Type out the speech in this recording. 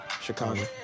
Chicago